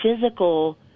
physical